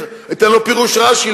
אתן לו פירוש רש"י,